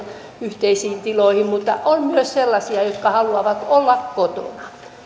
yhteisiin tiloihin mutta on myös sellaisia jotka haluavat olla kotona